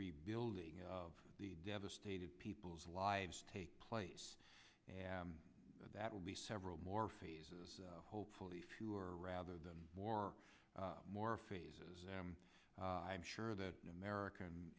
rebuilding of the devastated people's lives take place and that will be several more phases hopefully fewer rather than more more phases i'm sure that the american